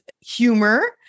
humor